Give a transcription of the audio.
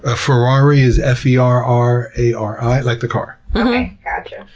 ah ferrari is f e r r a r i, like the car. okay, gotcha!